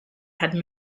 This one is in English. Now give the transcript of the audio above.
had